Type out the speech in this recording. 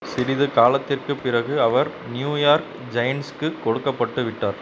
சிறிது காலத்திற்குப் பிறகு அவர் நியூயார்க் ஜைன்ட்ஸ்க்குக் கொடுக்கப்பட்டு விட்டார்